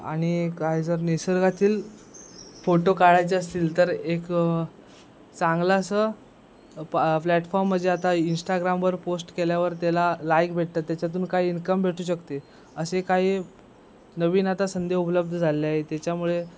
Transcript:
आणि काय जर निसर्गातील फोटो काढायचे असतील तर एक चांगलं असं प्लॅटफॉर्म म्हणजे आता इन्स्टाग्रामवर पोस्ट केल्यावर त्याला लाईक भेटतात त्याच्यातून काही इन्कम भेटू शकते असे काही नवीन आता संधी उपलब्ध झाले आहे त्याच्यामुळे